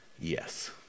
yes